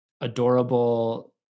adorable